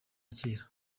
kera